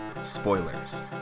spoilers